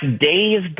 days